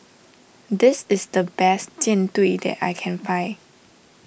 this is the best Jian Dui that I can find